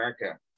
America